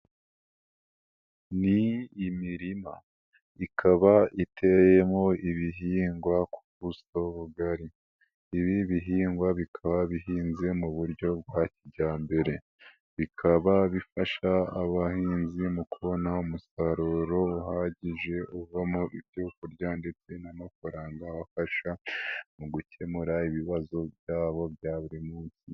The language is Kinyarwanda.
Ni imirima ikaba iteyemo ibihingwa ku buso bugari ibi bihingwa bikaba bihinze mu buryo bwa kijyambere bikaba bifasha abahinzi mu kubona umusaruro uhagije uvamo ibyo kurya ndetse n'amafaranga abafasha mu gukemura ibibazo byabo bya buri munsi.